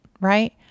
right